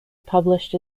published